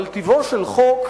אבל טיבו של חוק,